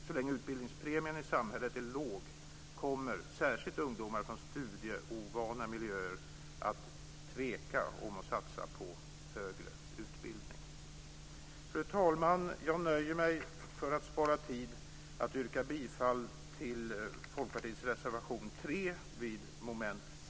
Så länge utbildningspremien i samhället är låg kommer särskilt ungdomar från studieovana miljöer att tveka om att satsa på högre utbildning. Fru talman! För att spara tid nöjer jag mig med att yrka bifall till Folkpartiets reservation 3 under mom. 6.